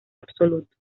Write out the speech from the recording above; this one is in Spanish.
absoluto